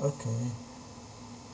okay